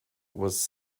was